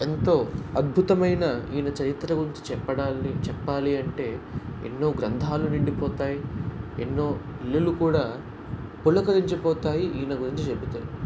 ఎంతో అద్భుతమైన ఈయన చరిత్ర గురించి చెప్పడాన్ని చెప్పాలి అంటే ఎన్నో గ్రంథాలు నిండిపోతాయి ఎన్నో ఇల్లులు కూడా పులకరించిపోతాయి ఈయన గురించి చెబితే